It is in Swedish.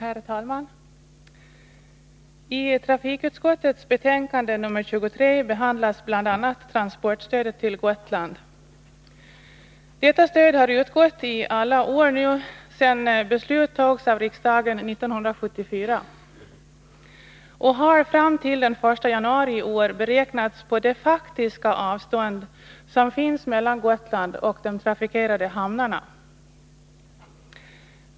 Herr talman! I trafikutskottets betänkande nr 23 behandlas bl.a. transportstödet till Gotland. Detta stöd har utgått i alla år, sedan beslut fattades av riksdagen 1974. Fram till den 1 januari i år har det beräknats på det faktiska avståndet mellan Gotland och de trafikerade hamnarna.